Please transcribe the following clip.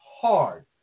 hard